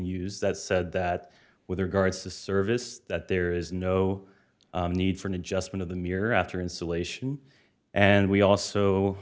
use that said that with regards to service that there is no need for an adjustment of the mirror after installation and we also